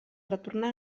retornar